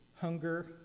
hunger